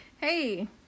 Hey